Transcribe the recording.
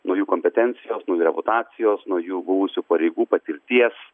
nuo jų kompetencijos reputacijos nuo jų buvusių pareigų patirties